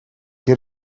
get